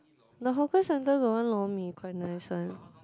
the hawker center got one lor mee quite nice one